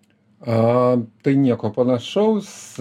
a tai nieko panašaus